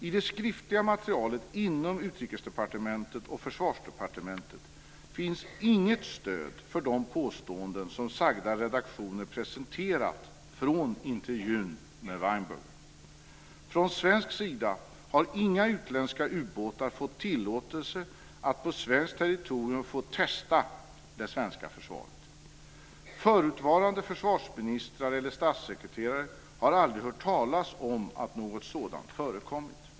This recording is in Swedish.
I det skriftliga materialet inom Utrikesdepartementet och Försvarsdepartementet finns inget stöd för de påståenden som sagda redaktioner presenterat från intervjun med Weinberger. Från svensk sida har inga utländska ubåtar fått tillåtelse att på svenskt territorium få testa det svenska försvaret. Förutvarande försvarsministrar eller statssekreterare har aldrig hört talas om att något sådant förekommit.